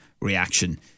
reaction